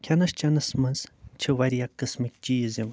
کھٮ۪نَس چٮ۪نَس منٛز چھِ واریاہ قٕسمٕکۍ چیٖز یِوان